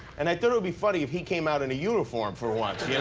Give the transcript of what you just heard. and i thought it would be funny if he came out in a uniform for once.